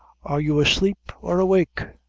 are you asleep or awake?